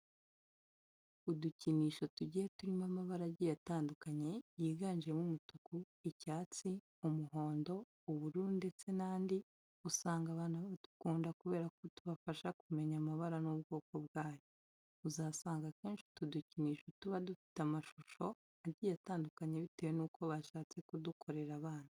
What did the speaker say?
Udukinisho tugiye turimo amabara agiye atandukanye yiganjemo umutuku, icyatsi, umuhondo, ubururu ndetse n'andi usanga abana badukunda kubera ko tubafasha kumenya amabara n'ubwoko bwayo. Uzasanga akenshi utu dukinisho tuba dufite amashushusho agiye atandukanye bitewe n'uko bashatse kudukorera abana.